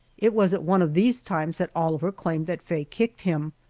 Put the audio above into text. it was at one of these times that oliver claimed that faye kicked him,